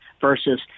versus